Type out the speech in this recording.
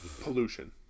pollution